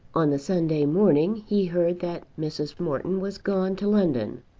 on the sunday morning he heard that mrs. morton was gone to london,